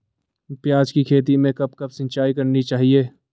प्याज़ की खेती में कब कब सिंचाई करनी चाहिये?